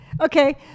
Okay